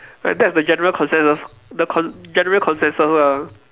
like that's the general consensus the con~ general consensus lah